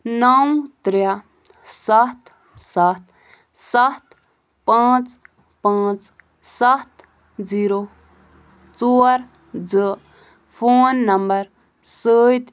نَو ترٛےٚ ستھ ستھ ستھ پانٛژھ پانٛژھ ستھ زیٖرو ژور زٕ فون نمبر سۭتۍ